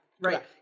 right